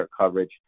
coverage